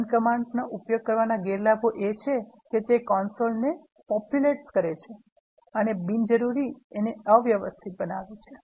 run command ઉપયોગ કરવાના ગેરલાભો એ છે તે કન્સોલ ને populates કરે છે અને બિનજરૂરી તેને અવ્યવસ્થિત બનાવે છે